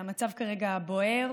המצב כרגע בוער,